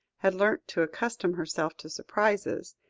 had learnt to accustom herself to surprises,